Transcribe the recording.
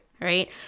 right